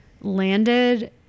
landed